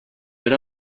era